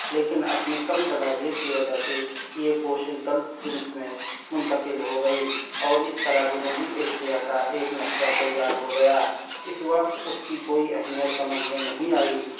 لیکن اپنی کم صلاحیت کی وجہ سے یہ کوشش غلط سمت میں منتقل ہو گئی اور اِس طرح جنوبی ایشیاء کا ایک نقشہ تیار ہو گیا اِس وقت اُس کی کوئی اہمیت سمجھ میں نہیں آئی